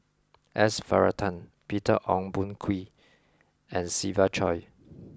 S Varathan Peter Ong Boon Kwee and Siva Choy